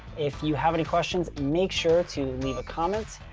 if you have any questions, make sure to leave a comment.